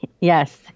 yes